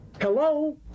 Hello